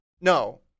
No